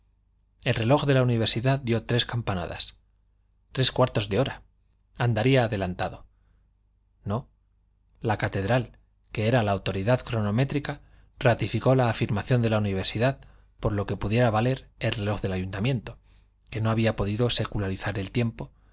el reloj de la universidad dio tres campanadas tres cuartos de hora andaría adelantado no la catedral que era la autoridad cronométrica ratificó la afirmación de la universidad por lo que pudiera valer el reloj del ayuntamiento que no había podido secularizar el tiempo